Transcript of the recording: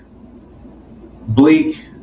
bleak